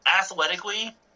athletically